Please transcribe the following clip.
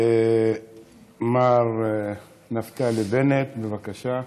מר נפתלי בנט, בבקשה.